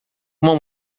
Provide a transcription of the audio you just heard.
uma